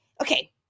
Okay